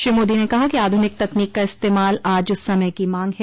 श्री मोदी न कहा कि आधुनिक तकनीक का इस्तेमाल आज समय की मांग है